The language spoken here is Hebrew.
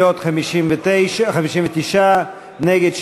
מי נגד?